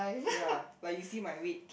ya like you see my weight